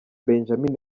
benjamin